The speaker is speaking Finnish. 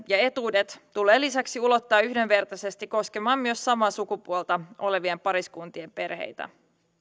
ja etuudet tulee lisäksi ulottaa yhdenvertaisesti koskemaan myös samaa sukupuolta olevien pariskuntien perheitä